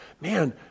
man